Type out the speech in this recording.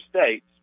states